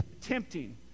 tempting